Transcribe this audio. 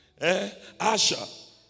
Asha